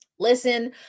Listen